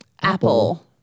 Apple